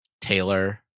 Taylor